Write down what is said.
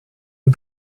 you